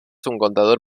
contador